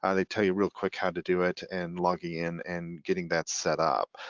and they tell you real quick how to do it and logging in and getting that set up.